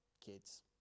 kids